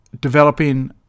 developing